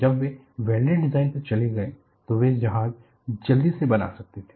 जब वे welded design पर चले गए तो वे जहाज जल्दी से बना सकते थे